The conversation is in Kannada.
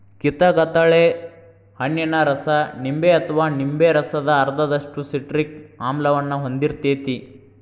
ಕಿತಗತಳೆ ಹಣ್ಣಿನ ರಸ ನಿಂಬೆ ಅಥವಾ ನಿಂಬೆ ರಸದ ಅರ್ಧದಷ್ಟು ಸಿಟ್ರಿಕ್ ಆಮ್ಲವನ್ನ ಹೊಂದಿರ್ತೇತಿ